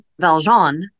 Valjean